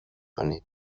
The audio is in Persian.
کنید